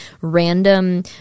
random